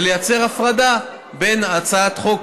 ולייצר הפרדה בין הצעת חוק,